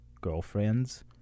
girlfriends